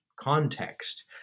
context